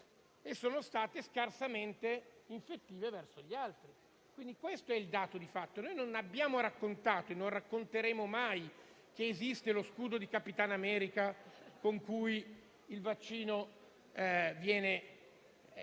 sono state scarsamente infettive verso gli altri. Questo è il dato di fatto. Noi non abbiamo raccontato e non racconteremo mai che esiste lo scudo di Capitan America con cui il vaccino non tocca